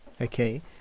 Okay